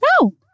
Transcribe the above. No